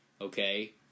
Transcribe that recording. Okay